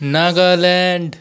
Nagaland